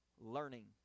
learning